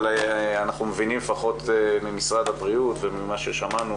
אבל אנחנו מבינים לפחות ממשרד הבריאות וממה ששמענו